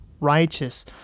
righteous